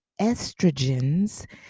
estrogens